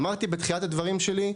אמרתי בתחילת הדברים שלי,